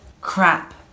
crap